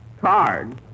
Card